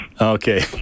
Okay